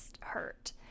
hurt